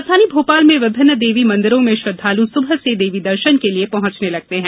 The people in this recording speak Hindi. राजधानी भोपाल में विभिन्न देवी मंदिरों में श्रद्वालु सुबह से देवी दर्शन के लिये पहुंचने लगते हैं